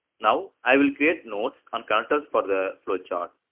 now i will create nodes and connectors for the flow chart.